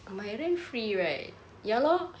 my rent free right